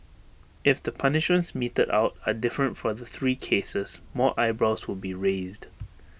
if the punishments meted are different for the three cases more eyebrows will be raised